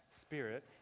spirit